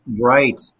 Right